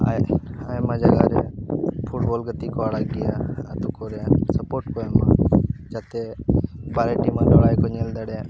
ᱟᱭ ᱟᱭᱢᱟ ᱡᱟᱭᱜᱟ ᱨᱮ ᱯᱷᱩᱴᱵᱚᱞ ᱜᱟᱛᱮᱜ ᱠᱚ ᱟᱲᱟᱠ ᱜᱮᱭᱟ ᱟᱛᱳ ᱠᱚᱨᱮ ᱥᱟᱯᱳᱴ ᱠᱚ ᱮᱢᱟ ᱡᱟᱛᱮ ᱵᱟᱨᱟ ᱴᱤᱢ ᱧᱮᱞ ᱫᱟᱲᱮᱜ